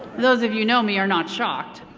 those of you know me are not shocked.